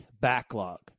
Backlog